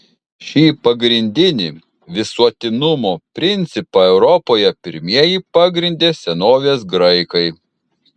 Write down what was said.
šį pagrindinį visuotinumo principą europoje pirmieji pagrindė senovės graikai